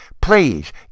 Please